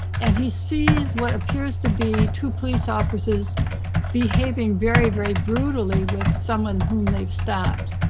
and he sees what appears to be two police offices behaving very, very brutally with someone whom they've stopped.